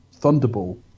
Thunderball